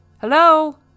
Hello